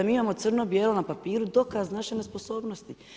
Mi imamo crno-bijelo na papiru dokaz naše nesposobnosti.